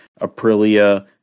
Aprilia